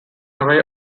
array